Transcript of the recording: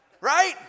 right